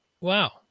Wow